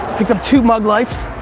picked up two mug lifes,